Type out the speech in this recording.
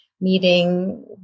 meeting